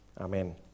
Amen